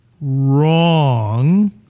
wrong